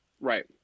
right